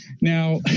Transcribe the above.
Now